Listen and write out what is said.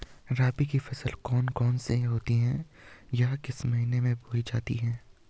रबी की फसल कौन कौन सी होती हैं या किस महीने में बोई जाती हैं?